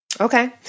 Okay